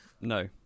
No